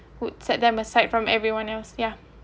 would set them aside from everyone else yeah